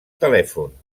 telèfon